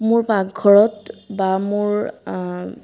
মোৰ পাকঘৰত বা মোৰ